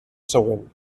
següent